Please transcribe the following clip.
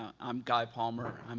i am guy palmer. um